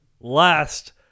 last